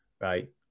right